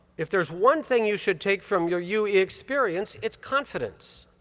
if there's one thing you should take from your ue experience, it's confidence.